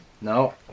No